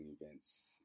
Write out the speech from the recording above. events